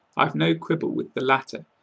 i've no quibble with the latter,